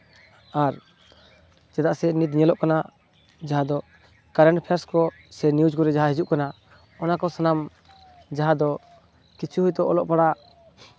ᱟᱨ ᱪᱮᱫᱟᱜ ᱥᱮ ᱱᱤᱛ ᱧᱮᱞᱚᱜ ᱠᱟᱱᱟ ᱡᱟᱦᱟᱸ ᱫᱚ ᱠᱟᱨᱮᱱᱴ ᱮᱯᱷᱮᱭᱟᱨᱥ ᱠᱚ ᱥᱮ ᱱᱤᱭᱩᱡᱽ ᱠᱚᱨᱮ ᱡᱟᱦᱟᱸ ᱦᱤᱡᱩᱜ ᱠᱟᱱᱟ ᱚᱱᱟᱠᱚ ᱥᱟᱱᱟᱢ ᱡᱟᱦᱟᱸ ᱫᱚ ᱠᱤᱪᱷᱩ ᱦᱚᱭᱛᱳ ᱚᱞᱚᱜ ᱯᱟᱲᱦᱟᱜ